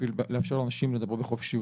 בשביל לאפשר לאנשים לדבר בחופשיות.